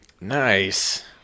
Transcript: Nice